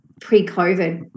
pre-COVID